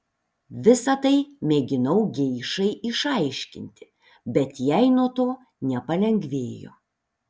visa tai mėginau geišai išaiškinti bet jai nuo to nepalengvėjo